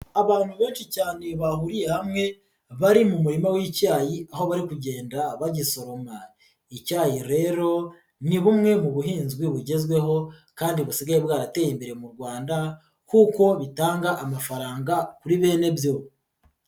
Abantu benshi cyane bahuriye hamwe bari mu murima w'icyayi aho bari kugenda bagisoroma, icyayi rero ni bumwe mu buhinzi bugezweho kandi busigaye bwarateye imbere mu Rwanda kuko bitanga amafaranga kuri bene byo.